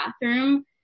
bathroom